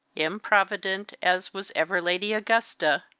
improvident as was ever lady augusta,